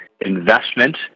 investment